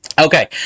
Okay